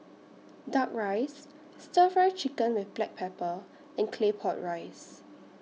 Duck Rice Stir Fry Chicken with Black Pepper and Claypot Rice